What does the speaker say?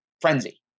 Frenzy